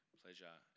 pleasure